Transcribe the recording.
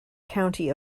county